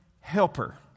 Helper